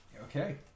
Okay